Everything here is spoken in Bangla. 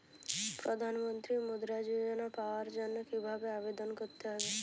প্রধান মন্ত্রী মুদ্রা যোজনা পাওয়ার জন্য কিভাবে আবেদন করতে হবে?